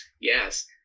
yes